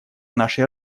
нашей